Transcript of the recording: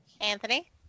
Anthony